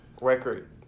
record